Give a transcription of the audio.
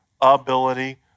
ability